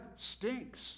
stinks